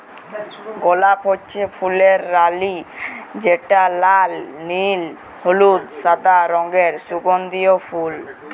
গলাপ হচ্যে ফুলের রালি যেটা লাল, নীল, হলুদ, সাদা রঙের সুগন্ধিও ফুল